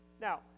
Now